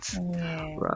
right